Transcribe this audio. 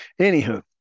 Anywho